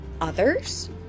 others